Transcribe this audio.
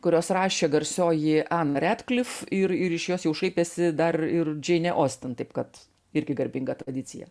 kuriuos rašė garsioji ann radcliffe ir ir iš jos jau šaipėsi dar ir džeinė ostin taip kad irgi garbinga tradicija